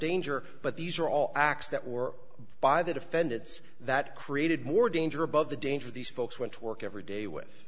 danger but these are all acts that were by the defendants that created more danger above the danger of these folks went to work every day with